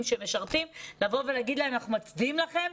שמשרתים היא להגיד להם: אנחנו מצדיעים לכם,